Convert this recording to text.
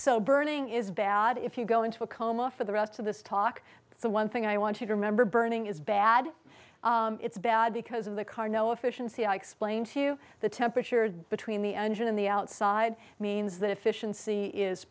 so burning is bad if you go into a coma for the rest of this talk so one thing i want you to remember burning is bad it's bad because of the carno efficiency i explained to you the temperature between the engine in the outside means that efficiency is